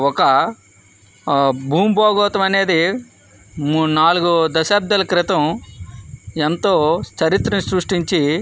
ఒక భూమి బాగోతం అనేది మూ నాలుగు దశాబ్దాల క్రితం ఎంతో చరిత్ర సృష్టించి